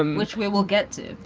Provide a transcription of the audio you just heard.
um which we will get to.